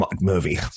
movie